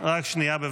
עידן רול, יוראי להב